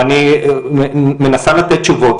ואני מנסה לתת תשובות,